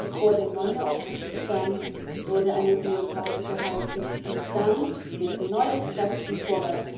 bevor der neue aufstieg begann wurde eine ruhepause gehalten und dann mit neuen kräften vorwärts